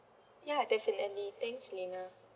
ya definitely thanks lina